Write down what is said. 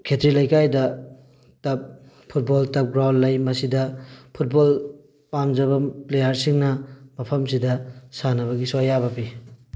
ꯈꯦꯇ꯭ꯔꯤꯂꯩꯀꯥꯏꯗ ꯇꯐ ꯐꯨꯠꯕꯣꯜ ꯇꯐ ꯒ꯭ꯔꯥꯎꯟ ꯂꯩ ꯃꯁꯤꯗ ꯐꯨꯠꯕꯣꯜ ꯄꯥꯝꯖꯕ ꯄ꯭ꯂꯦꯌꯔꯁꯤꯡꯅ ꯃꯐꯝꯁꯤꯗ ꯁꯥꯟꯅꯕꯒꯤꯁꯨ ꯑꯌꯥꯕꯁꯨ ꯄꯤ